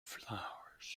flowers